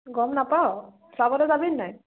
গম নাপাৱ চাবলৈ যাবিনে নাই